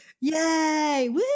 yay